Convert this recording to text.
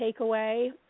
takeaway